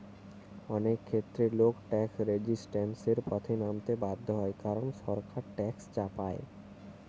অনেক ক্ষেত্রে লোক ট্যাক্স রেজিস্ট্যান্সের পথে নামতে বাধ্য হয় কারণ সরকার ট্যাক্স চাপায়